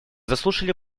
заслушали